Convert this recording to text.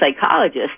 psychologist